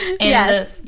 Yes